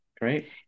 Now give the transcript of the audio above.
great